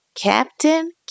Captain